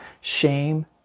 shame